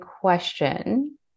question